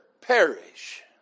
perish